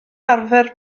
arfer